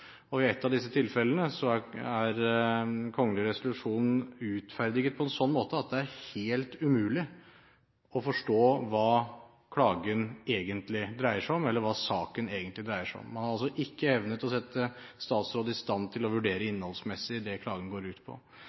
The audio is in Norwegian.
om. I ett av disse tilfellene er den kongelige resolusjonen utferdighet på en sånn måte at det er helt umulig å forstå hva klagen egentlig dreier seg om, eller hva saken egentlig dreier seg om. Man har altså ikke evnet å sette statsrådet i stand til å vurdere innholdsmessig det klagen går ut på.